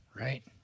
right